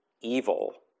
evil